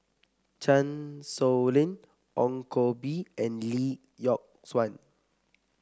Chan Sow Lin Ong Koh Bee and Lee Yock Suan